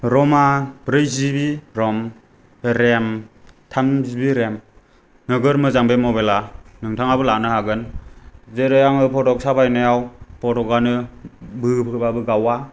र'मआ ब्रै जि बि र'म रेम थाम जि बि रेम नोगोद मोजां बे मबाइलआ नोंथाङाबो लानो हागोन जेरै आङो फट' साफायनायाव फट'आनो बोबोबाबो गावआ